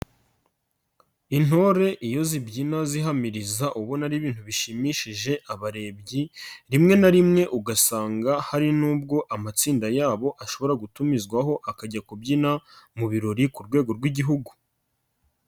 Intore iyo zibyina zihamiriza ubona ari ibintu bishimishije abarebyi rimwe na rimwe ugasanga hari n'ubwo amatsinda yabo ashobora gutumizwaho akajya kubyina mu birori ku rwego rw'igihugu.